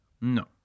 No